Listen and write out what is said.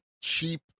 cheap